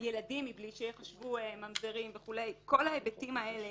ילדים מבלי שייחשבו ממזרים וכו', כל ההיבטים האלה